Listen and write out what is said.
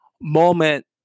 moment